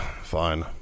fine